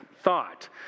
thought